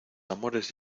amores